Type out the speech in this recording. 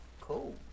cool